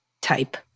type